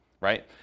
right